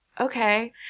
okay